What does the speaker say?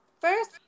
first